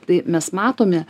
tai mes matome